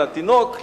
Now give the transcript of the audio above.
לתינוק,